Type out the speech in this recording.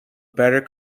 better